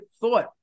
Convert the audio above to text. thought